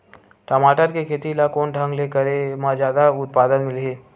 टमाटर के खेती ला कोन ढंग से करे म जादा उत्पादन मिलही?